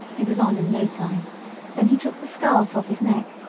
it was on in no time then he took the scarf off his neck,